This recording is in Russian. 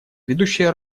ведущая